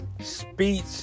speech